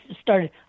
started